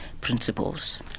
principles